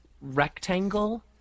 rectangle